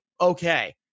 okay